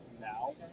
now